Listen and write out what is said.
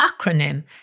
acronym